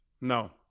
No